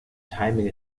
timing